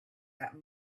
that